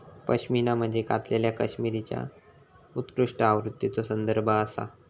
पश्मिना म्हणजे कातलेल्या कश्मीरीच्या उत्कृष्ट आवृत्तीचो संदर्भ आसा